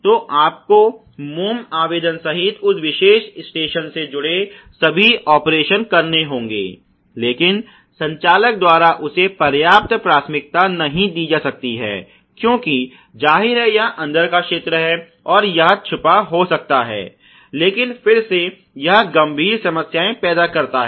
तो आपको मोम आवेदन सहित उस विशेष स्टेशन से जुड़े सभी ऑपरेशन करने होंगेलेकिन संचालक द्वारा उसे पर्याप्त प्राथमिकता नहीं दी जा सकती है क्योंकि जाहिर है यह अंदर का क्षेत्र है और यह छुपा हो सकता है लेकिन फिर से यह गंभीर समस्याएं पैदा करता है